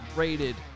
rated